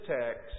text